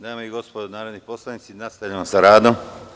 Dame i gospodo narodni poslanici, nastavljamo sa radom.